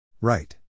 Right